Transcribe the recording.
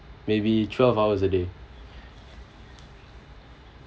maybe twelve hours a day